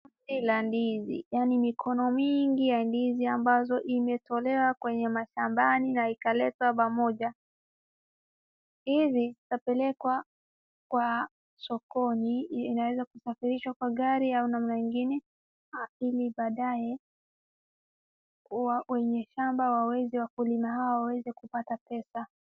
Kila ndizi, yaani mikono mingi ya ndizi ambazo zimetolewa kwenye mashambani na ikaletwa pamoja. Hizi zikipelekwa kwa sokoni, inaweza kusafirishwa kwa gari au namna ingine ili baadaye huwa wenye shamba waweze wakulima hawa waweze kupata pesa.